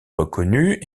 reconnu